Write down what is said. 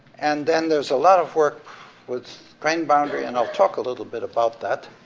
and then there's a lot of work with grain boundary, and i'll talk a little bit about that.